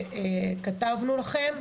קטנות שכתבנו לכם.